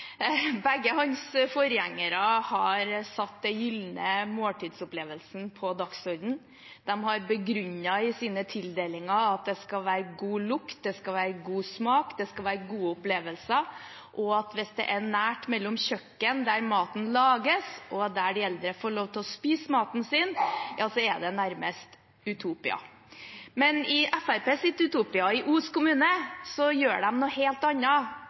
Begge hans forgjengere har satt den gylne måltidsopplevelsen på dagsordenen. De har begrunnet sine tildelinger med at det skal være god lukt, god smak og gode opplevelser, og hvis det er nært mellom kjøkkenet, der maten lages, og der de eldre får lov til å spise maten sin, er det nærmest Utopia. Men i Fremskrittspartiets Utopia, i Os kommune, gjør de noe helt